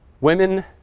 women